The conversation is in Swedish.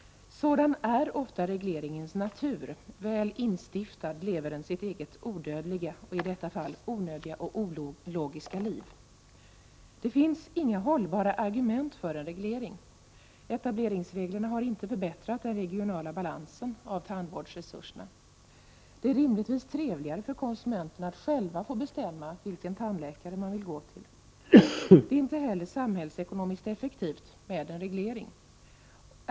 Sådan är ofta regleringens natur: väl instiftad lever den sitt eget odödliga, och i detta fall onödiga, och ologiska liv. Det finns inga hållbara argument för en reglering. Etableringsreglerna har inte förbättrat den regionala balansen när det gäller tandvårdsresurserna. Det är rimligtvis trevligare för konsumenterna att själva få bestämma vilken tandläkare de vill gå till. Det är inte heller samhällsekonomiskt effektivt med en reglering.